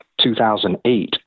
2008